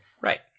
Right